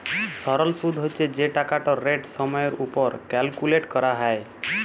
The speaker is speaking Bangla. সরল সুদ্ হছে যে টাকাটর রেট সময়ের উপর ক্যালকুলেট ক্যরা হ্যয়